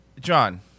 John